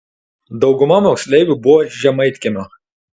dauguma moksleivių buvo iš žemaitkiemio